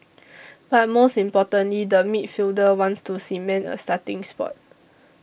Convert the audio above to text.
but most importantly the midfielder wants to cement a starting spot